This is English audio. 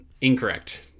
incorrect